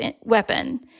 weapon